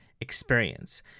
experience